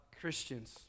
Christians